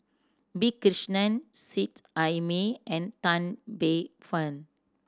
P Krishnan Seet Ai Mee and Tan Paey Fern